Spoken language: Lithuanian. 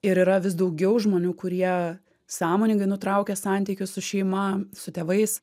ir yra vis daugiau žmonių kurie sąmoningai nutraukia santykius su šeima su tėvais